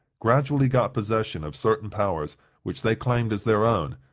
gradually got possession of certain powers which they claimed as their own,